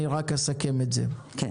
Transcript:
רק אסכם את הדיון.